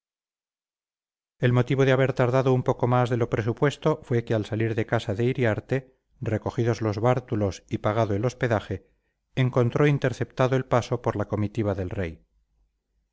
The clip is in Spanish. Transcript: el motivo de haber tardado un poco más de lo presupuesto fue que al salir de casa de iriarte recogidos los bártulos y pagado el hospedaje encontró interceptado el paso por la comitiva del rey